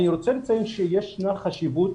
אני רוצה לציין שיש חשיבות